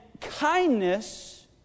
kindness